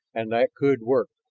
and that could work.